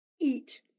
Eat